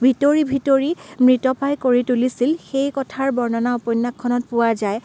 ভিতৰি ভিতৰি মৃতপ্ৰায় কৰি তুলিছিল সেই কথাৰ বৰ্ণনা উপন্যাসখনত পোৱা যায়